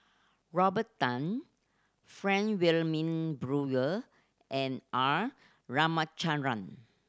Robert Tan Frank Wilmin Brewer and R Ramachandran